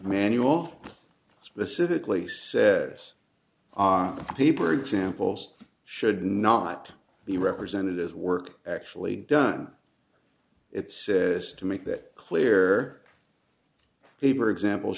manual specifically says on paper examples should not be represented as work actually done it's just to make that clear aber example